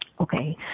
Okay